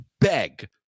beg